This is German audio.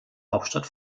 hauptstadt